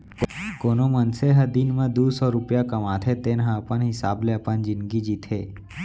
कोनो मनसे ह दिन म दू सव रूपिया कमाथे तेन ह अपन हिसाब ले अपन जिनगी जीथे